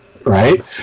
right